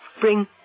bring